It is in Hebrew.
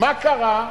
מה קרה?